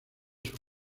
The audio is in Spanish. sus